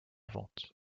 vente